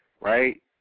right